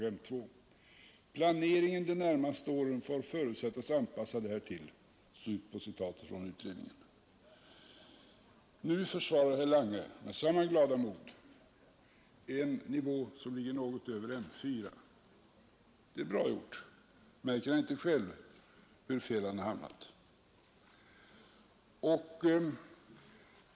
I betänkandet står: ”Planeringen de närmaste åren får förutsättas anpassad härtill.” Nu försvarar herr Lange med samma glada mod en nivå som ligger något över M 4. Det är bra gjort. Märker han inte själv, hur fel han har hamnat?